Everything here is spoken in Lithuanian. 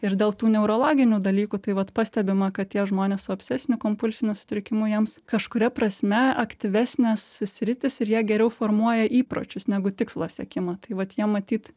ir dėl tų neurologinių dalykų tai vat pastebima kad tie žmonės su obsesiniu kompulsiniu sutrikimu jiems kažkuria prasme aktyvesnės sritys ir jie geriau formuoja įpročius negu tikslo siekimą tai vat jie matyt